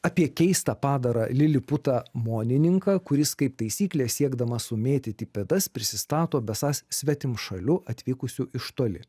apie keistą padarą liliputą monininką kuris kaip taisyklė siekdamas sumėtyti pėdas prisistato besąs svetimšaliu atvykusiu iš toli